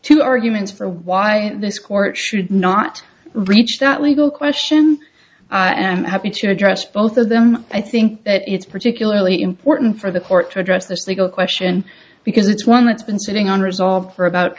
two arguments for why this court should not reach that legal question i am happy to address both of them i think that it's particularly important for the court to address this legal question because it's one that's been sitting on resolve for about